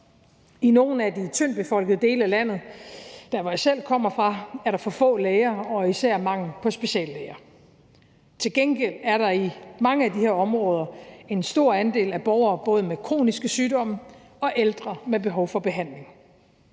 I nogle af de tyndtbefolkede dele af landet – der, hvor jeg selv kommer fra – er der for få læger og især mangel på speciallæger. Til gengæld er der i mange af de her områder både en stor andel af borgere med kroniske sygdomme og ældre med behov for behandling.